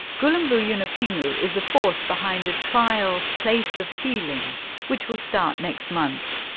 gulumbu yunupingu is the force behind a trial place of healing which will start next month.